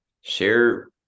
share